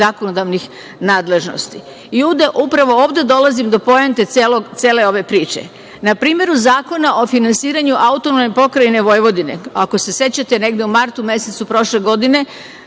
zakonodavnih nadležnosti. Upravo ovde dolazim do poente cele ove priče. Na primeru zakona o finansiranju AP Vojvodine, ako se sećate negde u martu mesecu prošle godine,